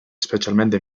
specialmente